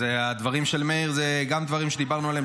הדברים של מאיר הם גם דברים שדיברנו עליהם